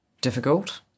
difficult